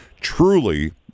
truly